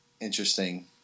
interesting